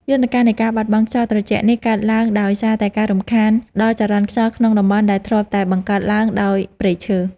យន្តការនៃការបាត់បង់ខ្យល់ត្រជាក់នេះ កើតឡើងដោយសារតែការរំខានដល់ចរន្តខ្យល់ក្នុងតំបន់ដែលធ្លាប់តែបង្កើតឡើងដោយព្រៃឈើ។